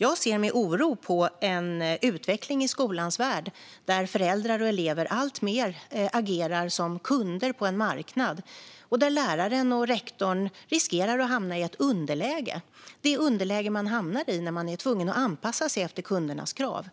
Jag ser med oro på en utveckling i skolans värld där föräldrar och elever alltmer agerar som kunder på en marknad och där läraren och rektorn riskerar att hamna i ett underläge - det underläge man hamnar i när man är tvungen att anpassa sig efter kundernas krav.